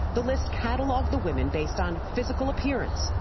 the list catalog the women based on physical appearance,